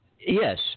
Yes